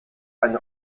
eine